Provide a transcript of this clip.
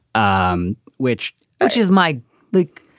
um which which is my look.